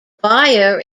buyer